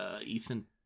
Ethan